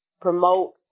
promote